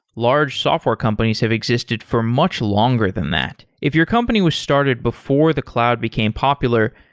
large software companies have existed for much longer than that. if your company was started before the cloud became popular,